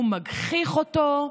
הוא מגחיך אותו.